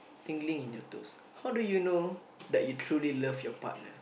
tingling in your toes how do you know that you truly love your partner